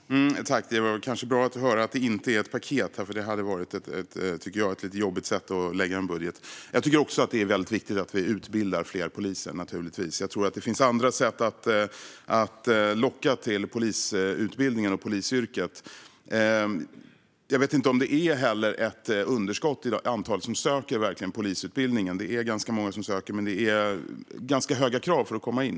Herr talman! Det var bra att få höra att det inte är ett paket. Det hade, tycker jag, varit ett lite jobbigt sätt att lägga fram en budget. Jag tycker naturligtvis också att det är väldigt viktigt att vi utbildar fler poliser. Men jag tror att det finns andra sätt att locka till polisutbildningen och polisyrket. Jag vet inte heller om det är ett underskott i antalet personer som söker polisutbildningen. Det är ganska många som söker, men det är ganska höga krav för att komma in.